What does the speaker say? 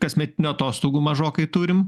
kasmetinių atostogų mažokai turim